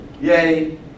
Yay